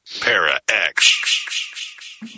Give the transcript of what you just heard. Para-X